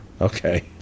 Okay